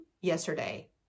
yesterday